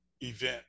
event